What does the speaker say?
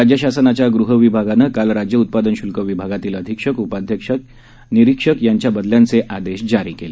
राज्य शासनाच्या गृह विभागानं काल राज्य उत्पादन शुल्क विभागातील अधीक्षक उपाअधीक्षक निरीक्षक यांच्या बदल्यांचे आदेश जारी केले